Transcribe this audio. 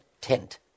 tent